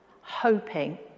hoping